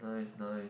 nice nice